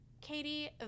Katie